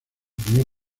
primer